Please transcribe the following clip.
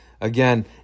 again